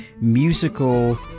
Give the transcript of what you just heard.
musical